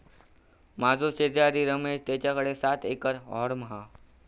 माझो शेजारी रमेश तेच्याकडे सात एकर हॉर्म हा